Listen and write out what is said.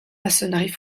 maçonnerie